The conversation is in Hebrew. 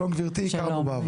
שלום גברתי, הכרנו בעבר.